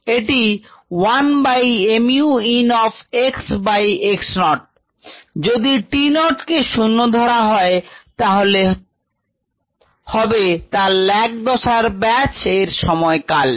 এটি 1 by mu ln of x by x naught যদি t naught কে শুন্য ধরা হয় তবে তা lag দশায় ব্যাচ এর সময় কাল